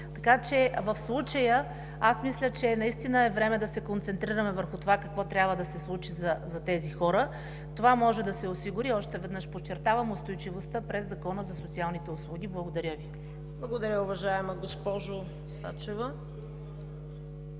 това. В случая мисля, че наистина е време да се концентрираме върху това, какво трябва да се случи за тези хора. Това може да се осигури – още веднъж подчертавам – устойчивостта през Закона за социалните услуги. Благодаря Ви. ПРЕДСЕДАТЕЛ ЦВЕТА КАРАЯНЧЕВА: Благодаря, уважаема госпожо Сачева.